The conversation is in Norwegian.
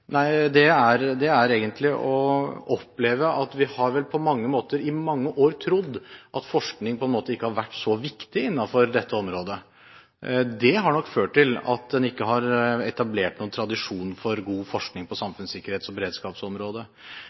er egentlig å oppleve at man på mange måter har trodd at forskning ikke har vært så viktig innenfor dette området. Det har nok ført til at en ikke har etablert noen tradisjon for god forskning på samfunnssikkerhets- og beredskapsområdet.